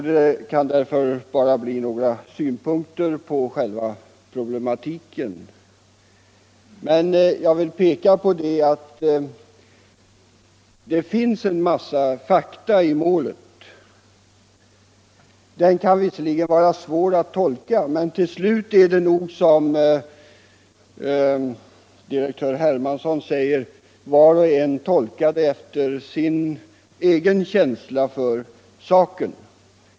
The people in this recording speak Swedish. Det kan därför bara bli några synpunkter på själva problematiken. Men jag vill peka på att det finns en mängd fakta i målet. Dessa fakta kan visserligen vara svåra att tolka, men till slut är det nog som direktör Hermansson säger, nämligen att var och en tolkar dem efter sin egen känsla för saken.